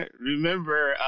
remember